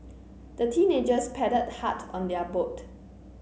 the teenagers paddled hard on their boat